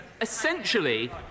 essentially